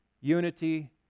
Unity